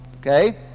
okay